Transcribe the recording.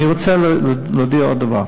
אני רוצה להודיע עוד דבר.